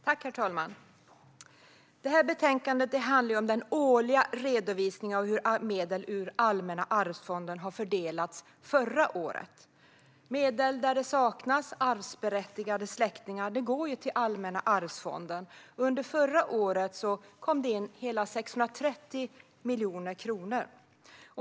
Herr talman! Detta betänkande handlar om den årliga redovisningen av hur medel ur Allmänna arvsfonden fördelats under det gångna året. Medel där det saknas arvsberättigade släktingar går ju till Allmänna arvsfonden, och under 2016 kom det in hela 630 miljoner kronor.